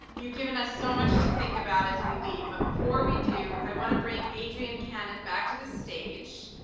you've given us so much to think about as we leave. but, before we do, i want to bring adrienne cannon back to the stage.